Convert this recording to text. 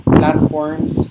platforms